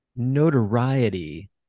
notoriety